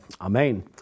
Amen